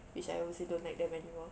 which I obviously don't like them anymore